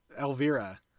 Elvira